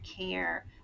care